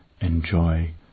enjoy